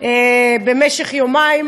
במשך יומיים,